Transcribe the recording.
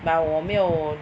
but 我没有